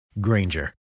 Granger